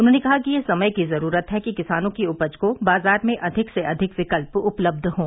उन्होंने कहा कि यह समय की जरूरत है कि किसानों की उपज को बाजार में अधिक से अधिक विकल्प उपलब्ध हों